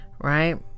right